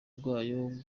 bwayo